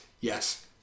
Yes